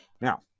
Now